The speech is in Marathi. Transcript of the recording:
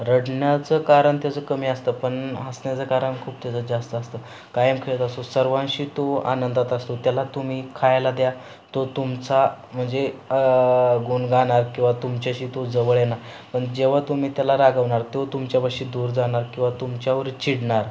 रडण्याचं कारण त्याचं कमी असतं पण हसण्याचं कारण खूप त्याचं जास्त असतं कायम खेळत असतो सर्वांशी तो आनंदात असतो त्याला तुम्ही खायला द्या तो तुमचा म्हणजे गुण गाणार किंवा तुमच्याशी तो जवळ येणार पण जेव्हा तुम्ही त्याला रागवणार तो तुमच्यापाशी दूर जाणार किंवा तुमच्यावर चिडणार